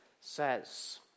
says